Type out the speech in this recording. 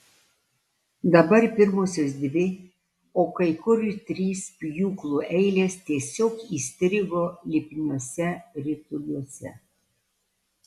dabar pirmosios dvi o kai kur ir trys pjūklų eilės tiesiog įstrigo lipniuose rituliuose